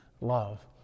love